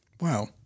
Wow